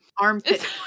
armpit